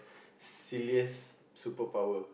silliest superpower